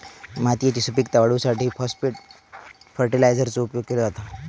मातयेची सुपीकता वाढवूसाठी फाॅस्फेट फर्टीलायझरचो उपयोग केलो जाता